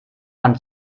mann